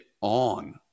on